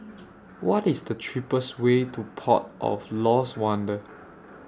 What IS The cheapest Way to Port of Lost Wonder